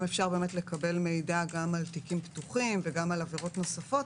אפשר לקבל מידע גם על תיקים פתוחים וגם על עבירות נוספות,